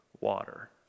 water